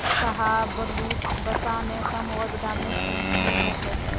शाहबलूत, वसा में कम और विटामिन सी में उच्च है